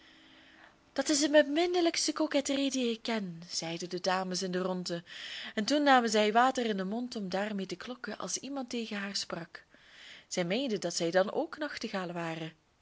dat is de beminnelijkste coquetterie die ik ken zeiden de dames in de rondte en toen namen zij water in den mond om daarmee te klokken als iemand tegen haar sprak zij meenden dat zij dan ook nachtegalen waren